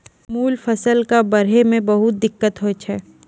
मूल फसल कॅ बढ़ै मॅ बहुत दिक्कत होय छै